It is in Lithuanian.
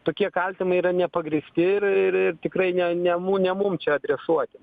tokie kaltinimai yra nepagrįsti ir ir ir tikrai ne ne ne mum čia adresuoti